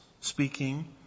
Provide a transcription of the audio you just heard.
speaking